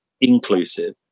inclusive